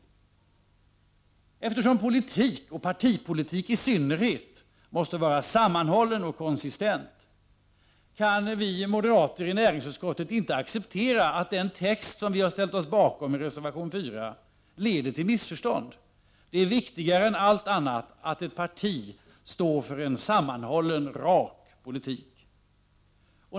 Eftersom politik, och partipolitik i synnerhet, måste vara sammanhållen och konsistent kan vi moderater i näringsutskottet inte acceptera att den text som vi har ställt oss bakom i reservation 4 leder till missförstånd. Det är viktigare än allt annat att ett parti står för en sammanhållen och rak politik.